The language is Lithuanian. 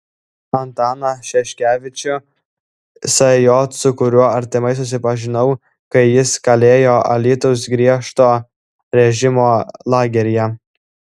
antaną šeškevičių sj su kuriuo artimai susipažinau kai jis kalėjo alytaus griežto režimo lageryje